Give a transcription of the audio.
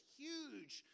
huge